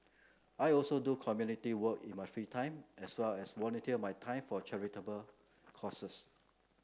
I also do community work in my free time as well as volunteer my time for charitable causes